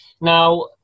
Now